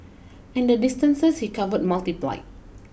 and the distances he covered multiplied